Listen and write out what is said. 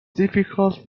difficult